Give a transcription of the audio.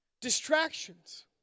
Distractions